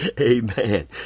amen